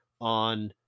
on